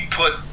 put